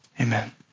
Amen